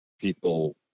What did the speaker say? people